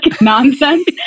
nonsense